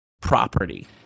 property